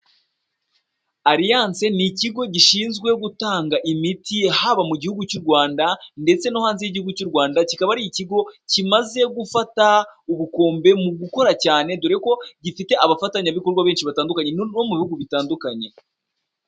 Alliance ni ikigo gishinzwe gutanga imiti haba mu gihugu cy'u Rwanda ndetse no hanze y'igihugu cy'u Rwanda, kikaba ari ikigo kimaze gufata ubukombe mu gukora cyane dore ko gifite abafatanyabikorwa benshi batandukanye bo mu bihugu bitandukanye.